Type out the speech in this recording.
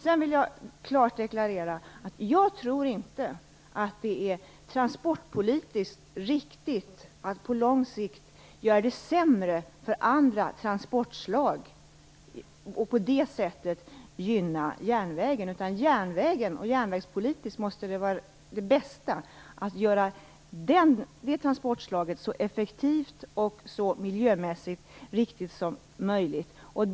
Jag vill klart deklarera att jag inte tror att det är transportpolitiskt riktigt att på lång sikt göra det sämre för andra transportslag, och på det sättet gynna järnvägen. Järnvägspolitiskt måste det vara det bästa att göra det transportslaget så effektivt och så miljömässigt riktigt som möjligt.